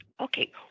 Okay